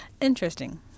interesting